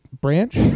branch